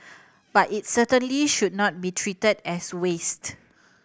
but it certainly should not be treated as waste